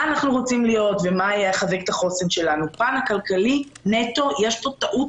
אנחנו רוצים להיות ומה יחזק את החוסן שלנו ברמה הכלכלית יש פה טעות